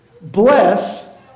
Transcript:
Bless